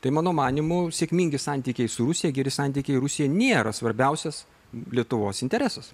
tai mano manymu sėkmingi santykiai su rusija geri santykiai rusija nėra svarbiausias lietuvos interesas